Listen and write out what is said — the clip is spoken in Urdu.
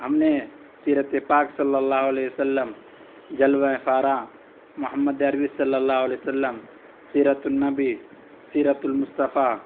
ہم نے سیرت پاک صلی اللّہ علیہ و سلّم جلوہ فاراں محمد عربی صلی اللّہ علیہ و سلّم سیرتُ النّبی سیرتُ المصطفیٰ